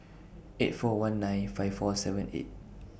eight four one nine five four seven eight